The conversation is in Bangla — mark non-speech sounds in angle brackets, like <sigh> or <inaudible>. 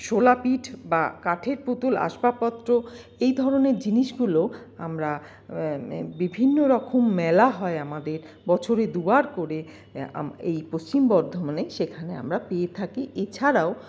শোলাপিঠ বা কাঠের পুতুল আসবাসপত্র এই ধরনের জিনিসগুলো আমরা বিভিন্ন রকম মেলা হয় আমাদের বছরে দুবার করে এই <unintelligible> পশ্চিম বর্ধমানে সেখানে আমরা পেয়ে থাকি এছাড়াও